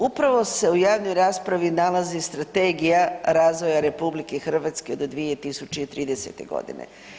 Upravo se u javnoj raspravi nalazi strategija razvoja RH do 2030. godine.